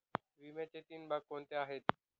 विम्याचे तीन भाग कोणते आहेत?